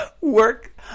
Work